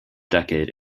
decade